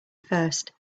first